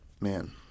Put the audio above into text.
man